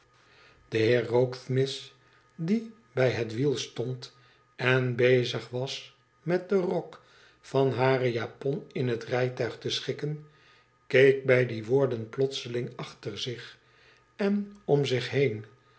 de heer rokesmith die bij het wiel stond en berig was met den rok van hare japon in het rijtuig te schikken keek bij die woorden plotseling achter zich en om zich heen